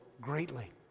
greatly